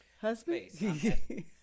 Husband